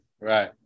right